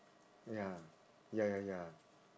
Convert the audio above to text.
ya ya ya ya